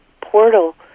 portal